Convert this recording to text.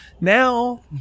Now